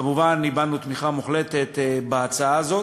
וכמובן הבענו תמיכה מוחלטת בהצעה הזאת.